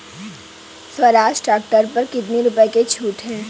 Swaraj tractor पर कितनी रुपये की छूट है?